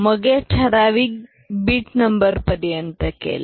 मग हे ठराविक बीट नंबर पर्यंत केला